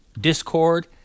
Discord